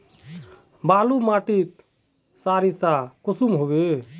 बालू माटित सारीसा कुंसम होबे?